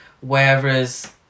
Whereas